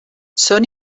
són